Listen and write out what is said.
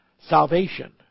salvation